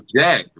Jack